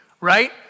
Right